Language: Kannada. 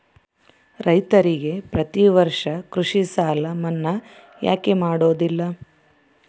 ರೈತರಿಗೆ ಪ್ರತಿ ವರ್ಷ ಕೃಷಿ ಸಾಲ ಮನ್ನಾ ಯಾಕೆ ಮಾಡೋದಿಲ್ಲ?